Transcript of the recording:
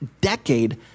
decade